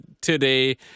today